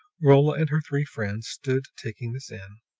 rolla and her three friends stood taking this in,